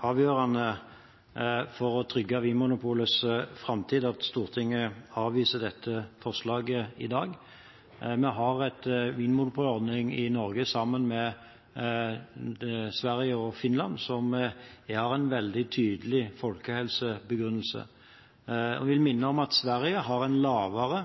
avgjørende for å trygge Vinmonopolets framtid at Stortinget avviser dette forslaget i dag. Vi har en vinmonopolordning i Norge – det samme med Sverige og Finland – som har en veldig tydelig folkehelsebegrunnelse. Jeg vil minne om at Sverige har en lavere